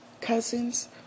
cousins